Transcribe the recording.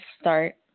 start